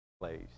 place